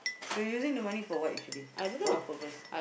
you're using the money for what actually for what purpose